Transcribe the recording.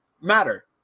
Matter